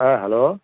ஆ hello